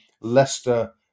Leicester